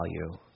value